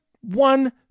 one